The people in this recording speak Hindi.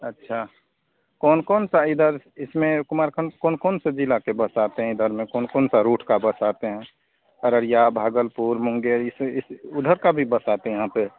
अच्छा कौन कौन सा इधर इसमें कुमारखण्ड कौन कौन से ज़िले की बस आती है इधर में कौन कौन से रूट की बस आती है अररिया भागलपुर मुँगेर इस इस उधर की भी बस आती है यहाँ पर